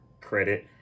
credit